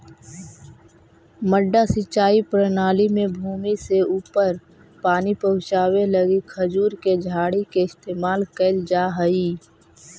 मड्डा सिंचाई प्रणाली में भूमि से ऊपर पानी पहुँचावे लगी खजूर के झाड़ी के इस्तेमाल कैल जा हइ